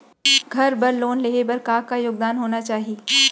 घर बर लोन लेहे बर का का योग्यता होना चाही?